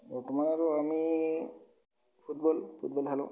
বৰ্তমান আৰু আমি ফুটবল ফুটবল খেলো